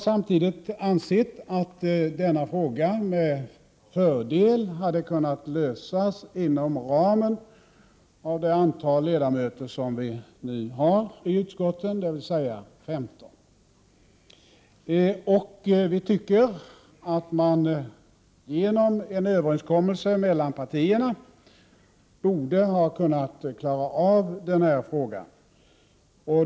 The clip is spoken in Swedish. Samtidigt har vi ansett att denna fråga med fördel hade kunnat lösas inom ramen för det antal ledamöter vi nu hariutskotten, dvs. 15. Genom en överenskommelse mellan partierna borde man ha kunnat klara av denna fråga.